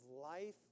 life